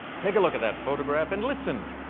take a look at that photograph and listen.